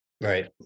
Right